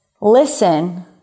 listen